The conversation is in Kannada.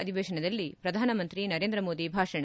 ಅಧಿವೇತನದಲ್ಲಿ ಪ್ರಧಾನಮಂತ್ರಿ ನರೇಂದ್ರ ಮೋದಿ ಭಾಷಣ